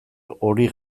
hori